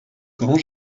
grand